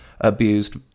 abused